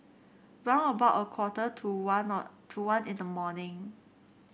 round about a quarter to one of to one in the morning